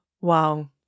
Wow